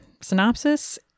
synopsis